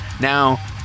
Now